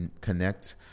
connect